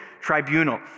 tribunal